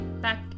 back